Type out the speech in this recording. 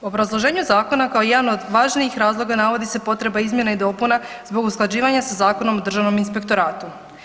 Obrazloženje Zakona kao jedan od važnijih razloga navodi se potreba izmjena i dopuna zbog usklađivanja sa Zakonom o državnom inspektoratu.